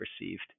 received